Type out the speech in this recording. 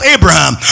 Abraham